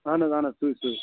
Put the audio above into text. اَہَن حظ اَہَن حظ سُے سُے